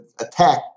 attack